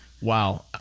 Wow